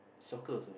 soccer also